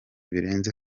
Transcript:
birenze